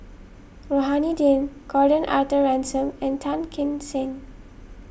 Rohani Din Gordon Arthur Ransome and Tan Kim Seng